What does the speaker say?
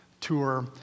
tour